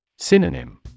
Synonym